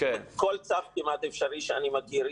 כמעט כל צו אפשרי שאני מכיר,